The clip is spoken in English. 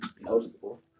noticeable